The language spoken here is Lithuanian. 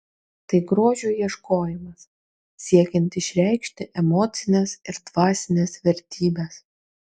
tai grožio ieškojimas siekiant išreikšti emocines ir dvasines vertybes